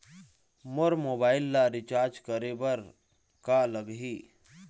मोर mobile ला recharge करे बर का लगही?